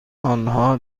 آنها